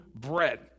bread